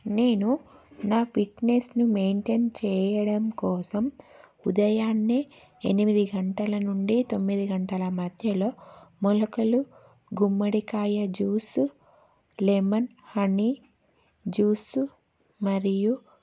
నేను నా ఫిట్నెస్ని మెయింటెన్ చేయడం కోసం ఉదయాన్నే ఎనిమిది గంటల నుండి తొమ్మిది గంటల మధ్యలో మొలకలు గుమ్మడికాయ జ్యూస్ లెమన్ హనీ జ్యూస్ మరియు